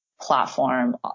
platform